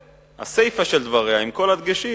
ובסיפא של דבריה עם כל הדגשים,